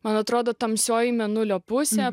man atrodo tamsioji mėnulio pusė